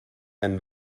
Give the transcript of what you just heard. and